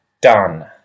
done